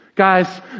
guys